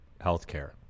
healthcare